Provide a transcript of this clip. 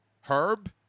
herb